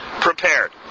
prepared